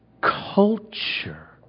culture